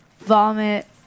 Vomit